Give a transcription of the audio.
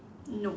no